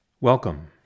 Welcome